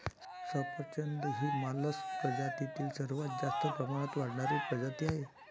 सफरचंद ही मालस प्रजातीतील सर्वात जास्त प्रमाणात वाढणारी प्रजाती आहे